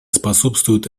способствуют